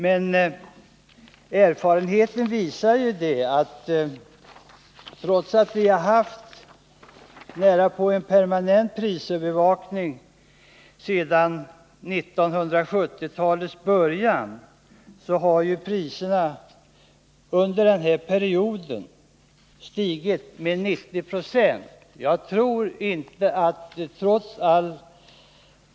Men erfarenheten visar att priserna, trots att vi har haft en nära nog permanent prisövervakning sedan 1970-talets början, under den här perioden stigit med 90 26.